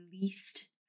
least